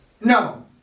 No